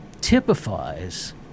typifies